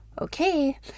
Okay